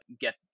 get